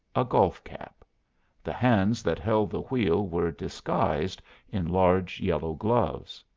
a golf cap the hands that held the wheel were disguised in large yellow gloves.